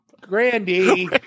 Grandy